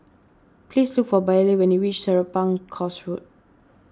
please look for Billye when you reach Serapong Course Road